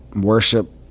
worship